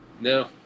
No